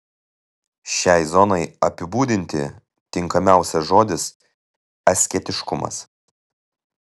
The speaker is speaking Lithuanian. šiai zonai apibūdinti tinkamiausias žodis asketiškumas